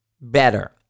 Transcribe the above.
better